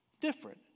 different